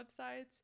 websites